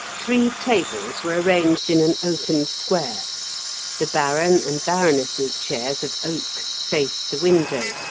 three tables were arranged in an open square the baron and baroness's chairs of oak faced the window,